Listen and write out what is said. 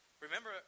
remember